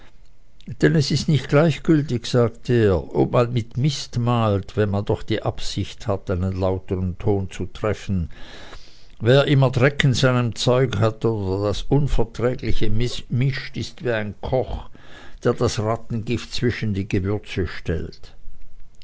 denn es ist nicht gleichgültig sagte er ob man mit mist malt wenn man doch die absicht hat einen lautern ton zu treffen wer immer dreck in seinem zeug hat oder das unverträgliche mischt ist wie ein koch der das rattengift zwischen die gewürze stellt